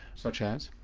such as?